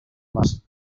must